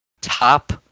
top